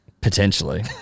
potentially